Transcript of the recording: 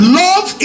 love